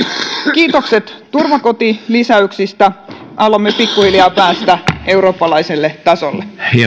kiitokset turvakotilisäyksistä alamme pikkuhiljaa päästä eurooppalaiselle tasolle